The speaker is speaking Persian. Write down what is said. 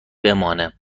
بمانه